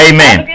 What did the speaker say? Amen